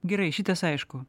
gerai šitas aišku